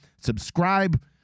Subscribe